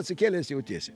atsikėlęs jautiesi